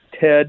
Ted